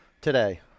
today